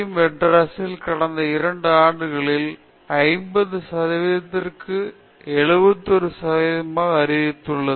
மெட்ராஸில் கடந்த 2 ஆண்டுகளில் 50 சதவீதத்திலிருந்து 71 சதவீதமாக அதிகரித்துள்ளது